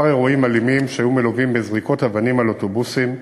כמה אירועים אלימים שהיו מלווים בזריקת אבנים על אוטובוסים,